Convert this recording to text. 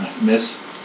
Miss